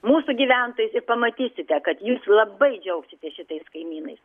mūsų gyventojais ir pamatysite kad jūs labai džiaugsitės šitais kaimynais